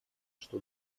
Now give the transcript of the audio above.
что